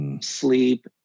sleep